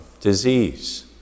disease